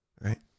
Right